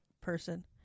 person